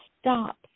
stop